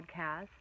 podcast